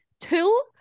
Two